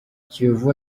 kiyovu